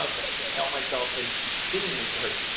ah but i can't help myself and he's singing this to her.